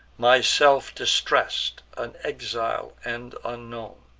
myself distress'd, an exile, and unknown,